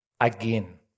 Again